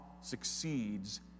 succeeds